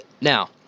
Now